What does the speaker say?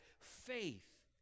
faith